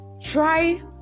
Try